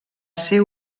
ser